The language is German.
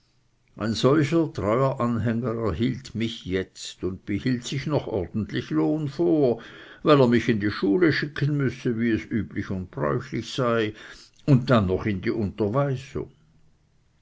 ein solcher treuer anhänger erhielt mich jetzt und behielt sich noch ordentlich lohn vor weil er mich in die schule schicken müsse wie es üblich und gebräuchlich sei und dann noch in die unterweisungen